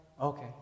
Okay